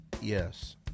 Yes